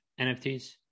NFTs